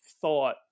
thought